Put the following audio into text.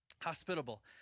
Hospitable